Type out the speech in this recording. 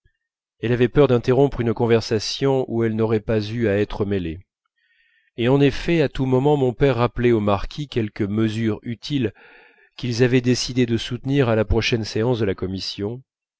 elle avait peur d'interrompre une conversation où elle n'aurait pas eu à être mêlée et en effet à tout moment mon père rappelait au marquis quelque mesure utile qu'ils avaient décidé de soutenir à la prochaine séance de commission